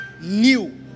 New